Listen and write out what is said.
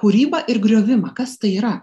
kūrybą ir griovimą kas tai yra